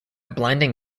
blinding